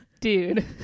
Dude